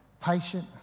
patient